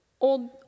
old